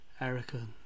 erica